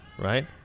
right